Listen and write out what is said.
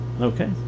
Okay